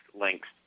links